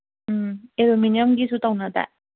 ꯎꯝ ꯑꯦꯂꯨꯃꯤꯅꯤꯌꯝꯒꯤꯁꯨ ꯇꯧꯅꯗꯥꯏ